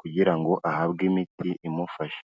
kugira ngo ahabwe imiti imufasha.